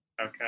Okay